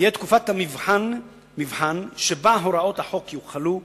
תהיה תקופת מבחן שבה הוראות החוק יוחלו,